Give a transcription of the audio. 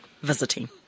visiting